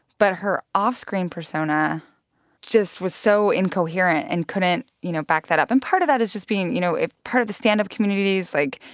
but her off-screen persona just was so incoherent and couldn't, you know, back that up. and part of that is just being, you know part of the stand-up community's, like,